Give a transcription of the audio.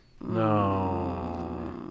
No